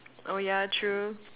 oh yeah true